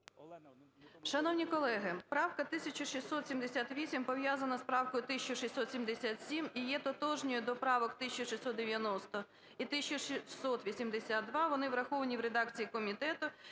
Шановні колеги, правка 1678 пов'язана з правкою 1677 і є тотожною до правок 1690 і 1682, вони враховані в редакції комітету.